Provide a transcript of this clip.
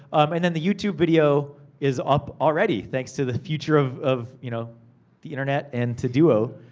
um and then the youtube video, is up already, thanks to the future of of you know the internet, and to duo.